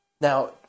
Now